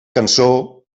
cançó